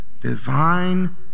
divine